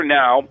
now